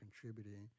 contributing